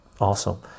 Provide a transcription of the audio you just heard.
Awesome